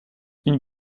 une